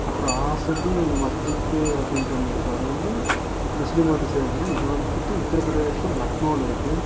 அப்புறம் ஆஸபீம் மஸ்ஜித்து அப்படின்ட்டு ஒன்று இருக்கும் அது வந்து முஸ்லீம் மதத்தை சேர்ந்தது இது வந்துட்டு உத்திரப்பிரதேசத்தில் லக்னோல இருக்குது